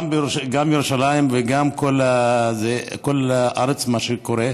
גם בירושלים וגם בכל הארץ מה שקורה.